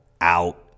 out